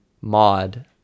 mod